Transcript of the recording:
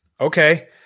Okay